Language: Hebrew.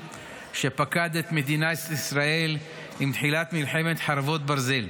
שפקד את מדינת ישראל עם תחילת מלחמת חרבות ברזל.